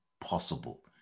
possible